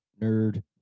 nerd